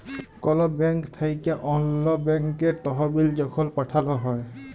call bank থ্যাইকে অল্য ব্যাংকে তহবিল যখল পাঠাল হ্যয়